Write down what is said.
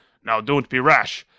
now don't be rash.